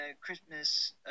Christmas